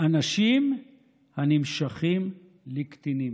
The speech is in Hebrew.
"אנשים הנמשכים לקטינים".